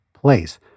place